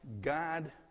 God